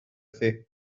thi